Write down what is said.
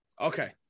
okay